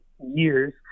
years